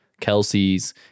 Kelsey's